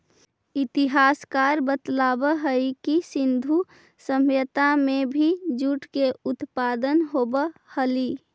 इतिहासकार बतलावऽ हई कि सिन्धु सभ्यता में भी जूट के उत्पादन होवऽ हलई